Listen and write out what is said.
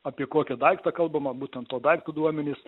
apie kokį daiktą kalbama būtent to daikto duomenis